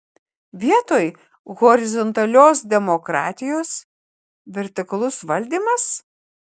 vietoj horizontalios demokratijos vertikalus valdymas